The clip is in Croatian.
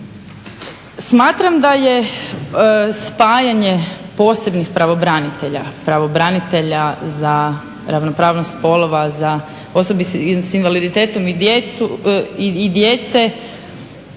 Smatram da je spajanje posebnih pravobranitelja – pravobranitelja za ravnopravnost spolova, osobe sa invaliditetom i djece